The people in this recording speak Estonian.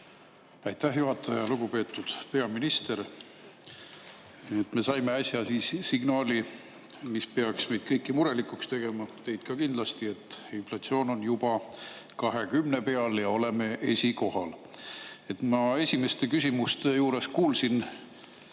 Aitäh, juhataja! Lugupeetud peaminister! Me saime äsja signaali, mis peaks meid kõiki murelikuks tegema, teid ka kindlasti: inflatsioon on juba kahekümne [protsendi] peal ja oleme esikohal. Ma esimeste küsimuste juures kuulasin